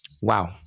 Wow